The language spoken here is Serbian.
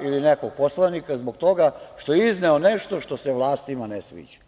ili nekog poslanika zbog toga što je izneo nešto što se vlastima ne sviđa.